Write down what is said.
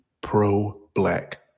pro-black